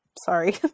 sorry